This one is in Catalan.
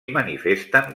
manifesten